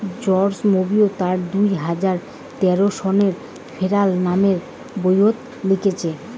George Monbiot তার দুই হাজার তেরো সনের ফেরাল নামের বইয়ত লিখিচেন